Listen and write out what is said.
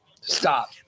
Stop